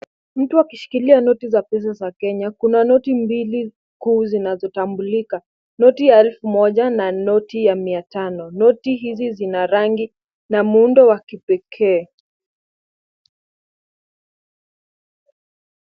Mtu akishikilia noti za pesa za Kenya. Kuna noti mbili kuu zinazotambulika. Noti ya elfu moja na noti ya mia tano. Noti hizi zina rangi na muundo wa kipekee.